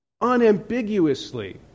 Unambiguously